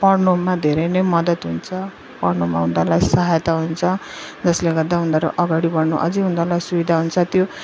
पढ्नुमा धेरै नै मदत हुन्छ पढ्नुमा उनीहरूलाई सहायता हुन्छ जसले गर्दा उनीहरू अगाडि बढ्नु अझ उनीहरूलाई सुविधा हुन्छ त्यो